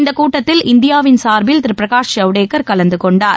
இந்தக் கூட்டத்தில் இந்தியாவின் சார்பில் திரு பிரகாஷ் ஜவ்டேகர் கலந்து கொண்டார்